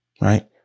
right